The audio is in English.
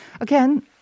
Again